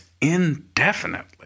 indefinitely